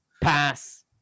Pass